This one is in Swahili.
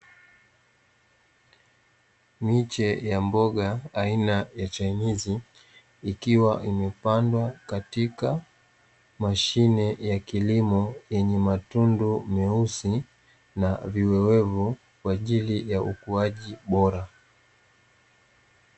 Miche ya mboga aina ya chainizi, ikiwa imepandwa katika mashine ya kilimo yenye matundu meusi na viwewevu kwa ajili ya ukuaji bora.